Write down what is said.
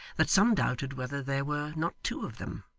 that some doubted whether there were not two of them,